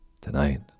tonight